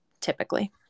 typically